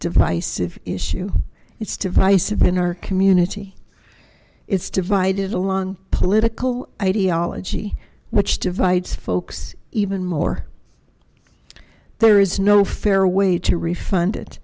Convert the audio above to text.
divisive issue it's to vise of in our community it's divided along political ideology which divides folks even more there is no fair way to refund